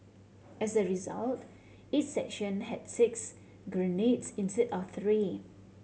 as a result each section had six grenades instead of three